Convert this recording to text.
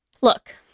look